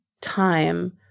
time